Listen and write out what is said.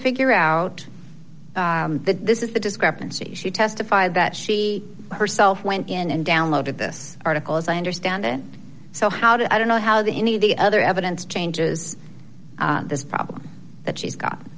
figure out this is the discrepancy she testified that she herself went in and downloaded this article as i understand it so how did i don't know how the any of the other evidence changes this problem that she's go